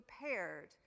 prepared